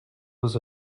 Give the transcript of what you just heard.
was